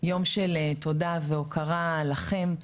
יום של תודה והוקרה לכם.